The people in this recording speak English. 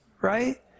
right